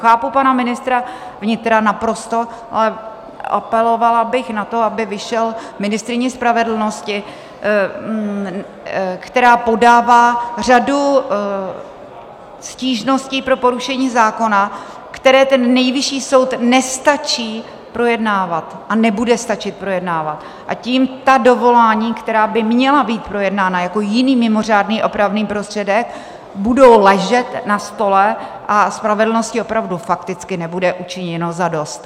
Chápu naprosto pana ministra vnitra, ale apelovala bych na to, aby vyšel ministryni spravedlnosti, která podává řadu stížností pro porušení zákona, které Nejvyšší soud nestačí projednávat a nebude stačit projednávat, a tím ta dovolání, která by měla být projednána jako jiný mimořádný opravný prostředek, budou ležet na stole a spravedlnosti opravdu fakticky nebude učiněno zadost.